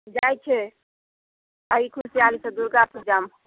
जाइछै एहि खुशहालीसँ दुर्गा पूजा